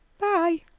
bye